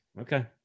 Okay